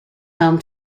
home